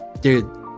dude